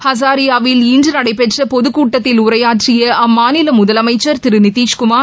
ஹசாரியாவில் இன்று நடைபெற்ற பொதுக்கூட்டத்தில் உரையாற்றிய அம்மாநில முதலமைச்சர் திரு நிதிஷ்குமார்